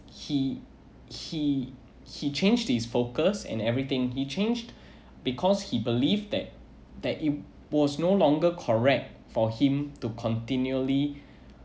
he he he changed his focus and everything he changed because he believed that that it was no longer correct for him to continually